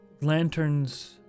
lanterns